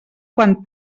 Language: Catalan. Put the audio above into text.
quan